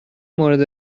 مورد